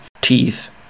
teeth